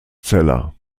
zeller